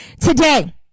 today